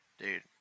dude